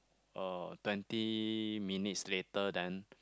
uh twenty minutes later then